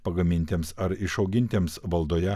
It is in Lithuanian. pagamintiems ar išaugintiems valdoje